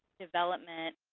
development,